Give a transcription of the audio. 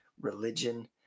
religion